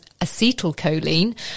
acetylcholine